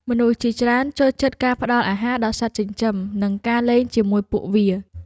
មនុស្សជាច្រើនចូលចិត្តការផ្តល់អាហារដល់សត្វចិញ្ចឹម និងការលេងជាមួយពួកវា។